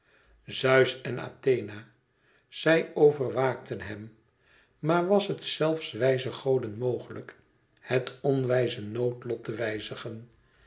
zeus en athena zij overwaakten hem maar was het zelfs wijze goden mogelijk het onwijze noodlot te wijzigen